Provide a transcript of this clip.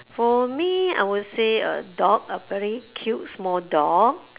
for me I would say a dog a very cute small dog